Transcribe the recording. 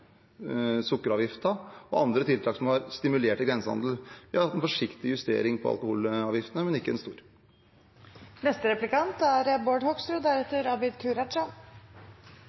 og andre tiltak, noe som har stimulert til grensehandel. Vi har hatt en forsiktig justering av alkoholavgiftene, men ikke en stor. Det er interessant at Senterpartiet later som at man er